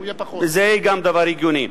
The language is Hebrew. זה גם דבר הגיוני.